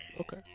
Okay